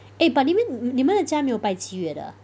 eh but 你们你们的家没有拜七月的 ah